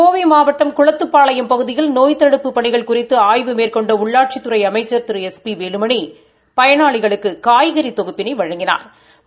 கோவை மாவட்டம் குளத்துப்பாளையம் பகுதியில் நோய் தடுப்புப் பணிகள் குறித்து ஆய்வு மேற்கொண்ட உள்ளாட்சித்துறை அமைச்சா் திரு எஸ் பி வேலுமணி பயனாளிகளுக்கு காய்கறி தொகுப்பினை வழங்கினா்